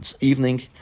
evening